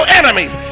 enemies